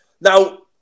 now